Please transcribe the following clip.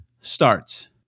starts